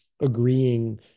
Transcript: agreeing